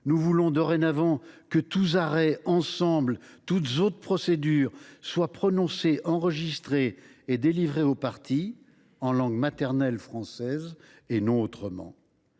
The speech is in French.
nous voulons dorénavant que tous arrêts, ensemble toutes autres procédures, […], soient prononcés, enregistrés et délivrés aux parties, en langage maternel français et non autrement.